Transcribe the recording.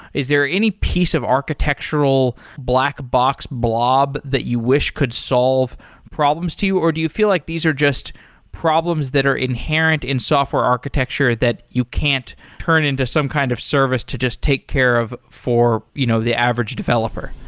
is there any piece of architectural blackbox blob that you wish could solve problems to you, or do you feel like these are just problems that are inherent in software architecture that you can't turn into some kind of service to just take care of for you know the average developer?